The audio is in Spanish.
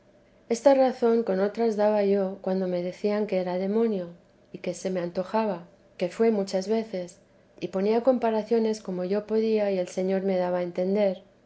esta razón con otras daba yo cuando me decían que era demonio y que se me antojaba que fué muchas veces y ponía comparaciones como yo podía y el señor me daba á entender